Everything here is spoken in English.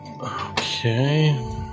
Okay